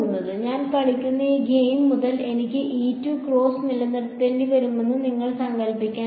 ഞാൻ കളിക്കുന്ന ഈ ഗെയിം മുതൽ എനിക്ക് E 2 ക്രോസ് നിലനിർത്തേണ്ടിവരുമെന്ന് നിങ്ങൾക്ക് സങ്കൽപ്പിക്കാൻ കഴിയും